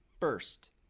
first